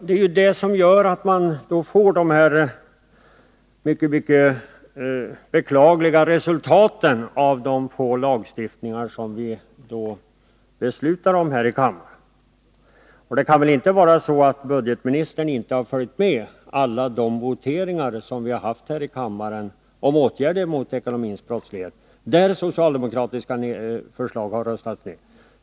Det är anledningen till de mycket beklagliga resultaten av det fåtal lagar på detta område som vi beslutar om här i kammaren. Det kan väl ändå inte vara så att budgetministern inte noterat alla voteringar här i kammaren i frågor om åtgärder mot ekonomisk brottslighet, där socialdemokratiska förslag har röstats ned.